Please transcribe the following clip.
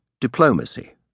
diplomacy